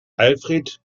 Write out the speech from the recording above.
alfred